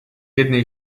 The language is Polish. jednej